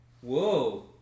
Whoa